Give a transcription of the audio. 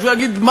לא מתאים לך.